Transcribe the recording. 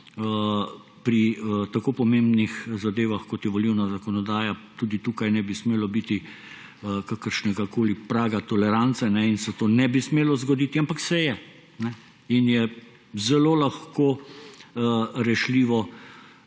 pri tako pomembnih zadevah, kot je volilna zakonodaja, tudi tukaj ne bi smelo biti kakršnegakoli praga tolerance in se to ne bi smelo zgoditi, ampak se je. In je zelo lahko rešljivo